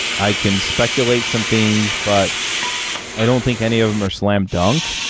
i can speculate some things, but i don't think any of them are slam dunk,